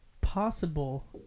possible